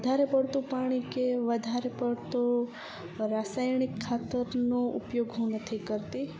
વધારે પડતું પાણી કે વધારે પડતો રાસાયણિક ખાતરનો ઉપયોગ હું નથી કરતી